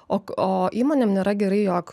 ok o įmonėm nėra gerai jog